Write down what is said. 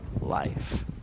life